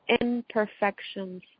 imperfections